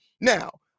Now